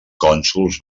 cònsols